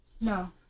No